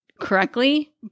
correctly